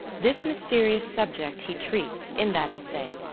this mysterious subject he treats, in that essay,